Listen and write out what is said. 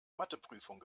matheprüfung